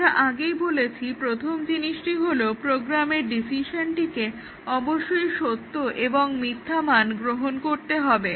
আমি আগেই বলেছি প্রথম জিনিসটি হলো প্রোগ্রামের ডিসিশনটিকে অবশ্যই সত্য এবং মিথ্যা মান গ্রহণ করতে হবে